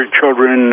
children